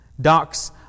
Doc's